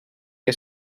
que